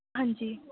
ਹਾਂਜੀ